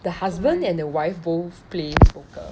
the husband and the wife both play poker